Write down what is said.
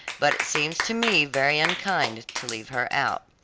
but it seems to me very unkind to leave her out.